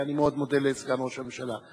אני מאוד מודה לסגן ראש הממשלה.